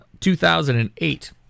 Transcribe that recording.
2008